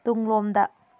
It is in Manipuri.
ꯇꯨꯡꯂꯣꯝꯗ